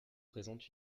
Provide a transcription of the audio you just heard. présentent